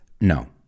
No